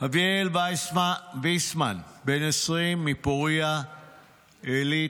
אביאל ויסמן, בן 20 מפוריה עילית,